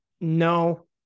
no